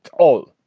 oh.